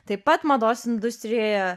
taip pat mados industrijoje